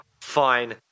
fine